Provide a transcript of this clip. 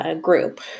group